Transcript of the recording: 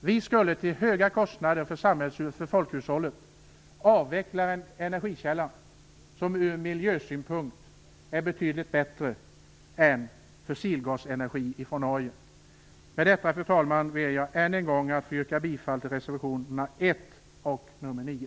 Vi skulle till höga kostnader för folkhushållet avveckla en energikälla som från miljösynpunkt är betydligt bättre än fossilgasenergin från Norge. Med detta, fru talman, ber jag att än en gång få yrka bifall till reservationerna 1 och 9.